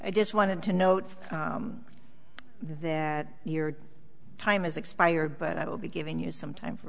i just wanted to note that your time has expired but i will be giving you some time for